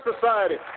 Society